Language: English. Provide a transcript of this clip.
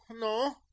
no